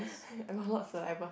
I have a lot of saliva